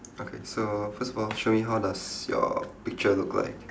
okay so first of all show me how does your picture look like